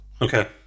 Okay